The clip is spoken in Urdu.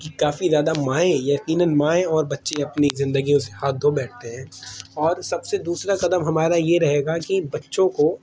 کہ قافی زیادہ مائیں یقیناً مائیں اور بچے اپنی زندگیوں سے ہاتھ دھو بیٹھتے ہیں اور سب سے دوسرا کدم ہمارا یہ رہے گا کہ بچوں کو